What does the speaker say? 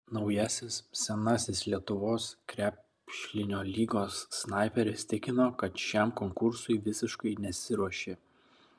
naujasis senasis lietuvos krepšlinio lygos snaiperis tikino kad šiam konkursui visiškai nesiruošė